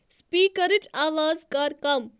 سپیکرٕچ آواز کَر کم